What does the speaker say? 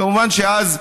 כמובן שאז,